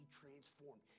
transformed